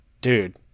dude